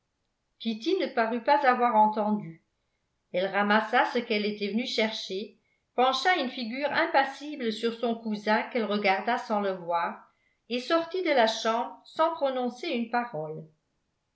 kitty ne parut pas avoir entendu elle ramassa ce qu'elle était venue chercher pencha une figure impassible sur son cousin qu'elle regarda sans le voir et sortit de la chambre sans prononcer une parole